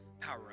Power